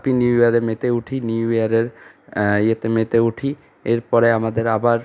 happy new ইয়ারে মেতে উঠি নিউ ইয়ারের ইয়েতে মেতে উঠি এরপরে আমাদের আবার